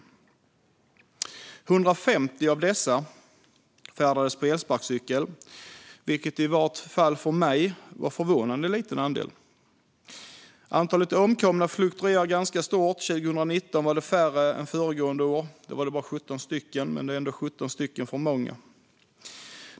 150 av dessa färdades på elsparkcykel, vilket i varje fall för mig var en förvånade liten andel. Antalet omkomna fluktuerar ganska mycket. År 2019 var det färre än föregående år: bara 17 stycken, men ändå 17 stycken för många.